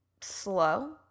slow